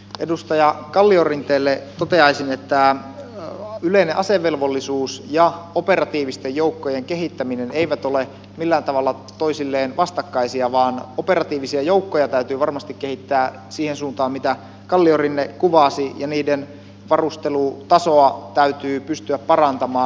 edustaja kalliorinteelle toteaisin että yleinen asevelvollisuus ja operatiivisten joukkojen kehittäminen eivät ole millään tavalla toisilleen vastakkaisia vaan operatiivisia joukkoja täytyy varmasti kehittää siihen suuntaan mitä kalliorinne kuvasi ja niiden varustelutasoa täytyy pystyä parantamaan